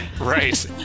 Right